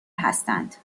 هستند